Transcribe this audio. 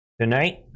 tonight